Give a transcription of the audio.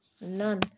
None